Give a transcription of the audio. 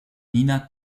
nina